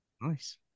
Nice